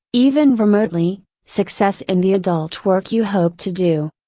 even remotely, success in the adult work you hope to do.